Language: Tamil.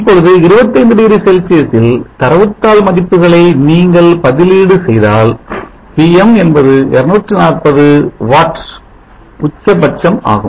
இப்பொழுது 25 டிகிரி செல்சியஸில் தரவுத்தாள் மதிப்புகளை நீங்கள் பதிலீடு செய்தால் Pm என்பது 240 வாட் உச்சபட்சம் ஆகும்